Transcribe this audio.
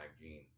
gene